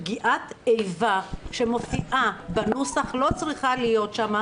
פגיעת איבה שמופיעה בנוסח לא צריכה להיות שם,